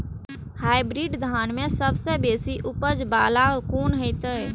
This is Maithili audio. हाईब्रीड धान में सबसे बेसी उपज बाला कोन हेते?